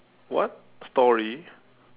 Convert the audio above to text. what story